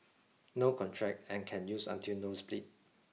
no contract and can use until nose bleed